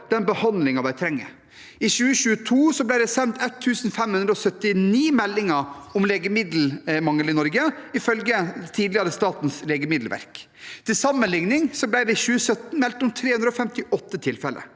den behandlingen de trenger. I 2022 ble det sendt 1 579 meldinger om legemiddelmangel i Norge, ifølge tidligere Statens legemiddelverk. Til sammenligning ble det i 2017 meldt om 358 tilfeller.